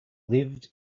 lived